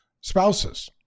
spouses